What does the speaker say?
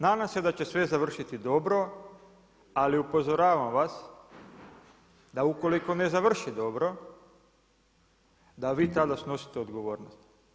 Nadam se da će sve završiti dobro, ali upozoravam vas da ukoliko ne završi dobro da vi tada snosite odgovornost.